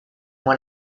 when